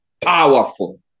Powerful